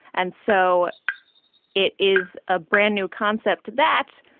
and so it is a brand new concept that,